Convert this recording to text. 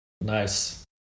Nice